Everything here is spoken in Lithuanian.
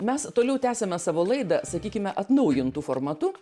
mes toliau tęsiame savo laidą sakykime atnaujintu formatu